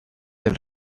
del